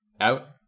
out